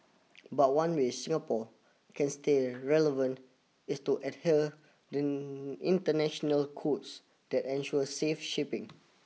but one way Singapore can stay relevant is to adhere international codes that ensure safe shipping